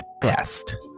best